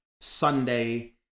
Sunday